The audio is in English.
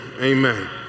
amen